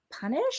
punish